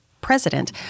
president